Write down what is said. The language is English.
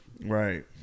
Right